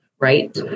Right